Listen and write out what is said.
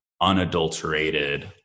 unadulterated